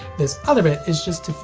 this other bit is just